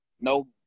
No